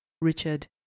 Richard